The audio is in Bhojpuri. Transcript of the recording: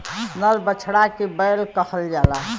नर बछड़ा के बैल कहल जाला